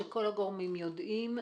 שכל הגורמים יודעים,